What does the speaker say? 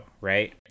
Right